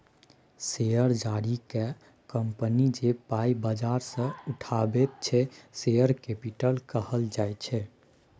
share जारी कए company जे पाइ बजार सँ उठाबैत छै शेयर कैपिटल कहल जाइ छै